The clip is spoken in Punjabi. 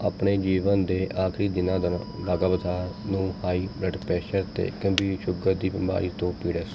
ਆਪਣੇ ਜੀਵਨ ਦੇ ਆਖਰੀ ਦਿਨਾਂ ਦੌਰਾਨ ਬਾਗਾਵਥਾਰ ਨੂੰ ਹਾਈ ਬਲੱਡ ਪ੍ਰੈੱਸ਼ਰ ਅਤੇ ਗੰਭੀਰ ਸ਼ੂਗਰ ਦੀ ਬਿਮਾਰੀ ਤੋਂ ਪੀੜਤ